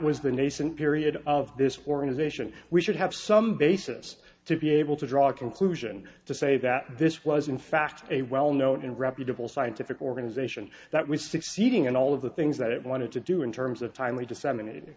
was the nascent period of this organization we should have some basis to be able to draw a conclusion to say that this was in fact a well known and reputable scientific organization that was succeeding and all of the things that it wanted to do in terms of timely disseminated